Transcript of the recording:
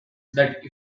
that